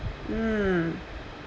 mm